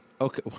Okay